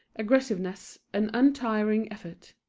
aggressiveness and untiring effort.